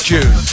June